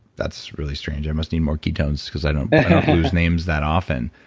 that's really strange. i must more ketones because i don't lose names that often.